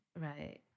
Right